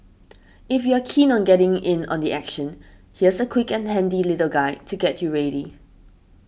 if you're keen on getting in on the action here's a quick and handy little guide to get you ready